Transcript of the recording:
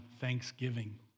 Thanksgiving